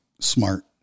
smart